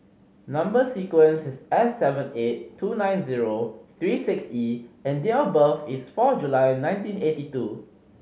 number sequence is S seven eight two nine zero three six E and date of birth is four July nineteen eighty two